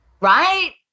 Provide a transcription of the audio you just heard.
right